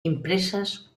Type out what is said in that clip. impresas